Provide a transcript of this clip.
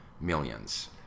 millions